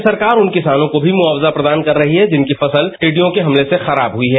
राज्य सरकार उन किसानों को भी मुखावजा प्रदान कर रही है जिनकी फसल टिडियों के हमले से खराब हुई है